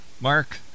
Mark